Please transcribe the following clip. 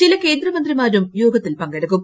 ചില കേന്ദ്രമന്ത്രിമാരും യോഗത്തിൽ പങ്കെടുക്കും